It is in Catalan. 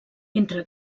entre